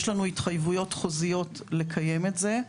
יש לנו התחייבויות חוזיות לקיים את זה.